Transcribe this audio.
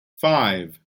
five